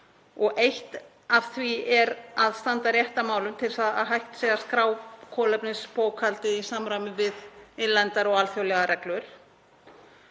og eitt af því er að standa rétt að málum til þess að hægt sé að skrá kolefnisbókhaldið í samræmi við innlendar og alþjóðlegar reglur.